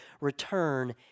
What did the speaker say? return